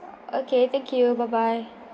okay thank you bye bye